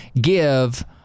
give